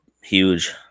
huge